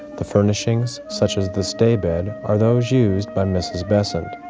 the furnishings, such as this day bed, are those used by mrs. besant.